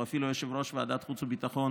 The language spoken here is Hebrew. או אפילו יושב-ראש ועדת החוץ והביטחון